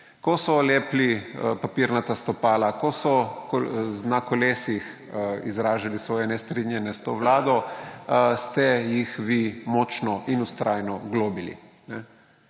ko so lepili papirnata stopala, ko so na kolesih izražali svoje nestrinjanje s to vlado, ste jih vi močno in vztrajno globili.